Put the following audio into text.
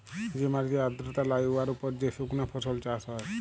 যে মাটিতে আর্দ্রতা লাই উয়ার উপর যে সুকনা ফসল চাষ হ্যয়